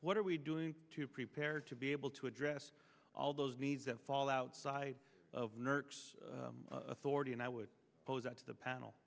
what are we doing to prepare to be able to address all those needs that fall outside of nerd authority and i would pose that to the panel